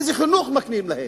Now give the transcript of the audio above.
איזה חינוך מקנים להם?